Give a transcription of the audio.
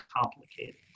complicated